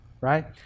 right